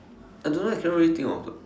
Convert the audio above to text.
I don't know I cannot really think of